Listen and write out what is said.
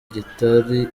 gitari